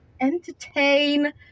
entertain